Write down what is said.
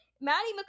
Maddie